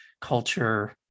culture